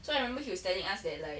so I remember he was telling us that like